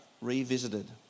revisited